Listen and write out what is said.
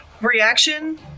Reaction